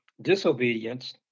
disobedience